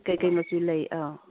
ꯀꯔꯤ ꯀꯔꯤ ꯃꯆꯨ ꯂꯩ ꯑꯥ